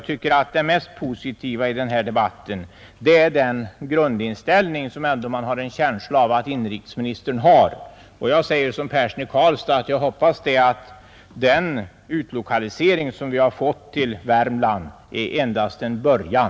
Det mest positiva i debatten är den grundinställning som jag har en känsla av att inrikesministern ändå har. Liksom herr Persson i Karlstad hoppas jag att den utlokalisering som vi har fått till Värmland endast är en början.